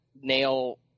nail